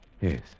Yes